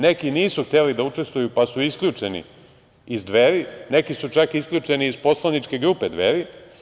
Neki nisu hteli da učestvuju, pa su isključeni iz Dveri, neki su čak isključeni iz poslaničke grupe Dveri.